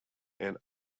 and